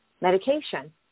medication